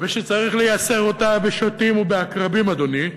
ושצריך לייסר אותה בשוטים ובעקרבים, אדוני,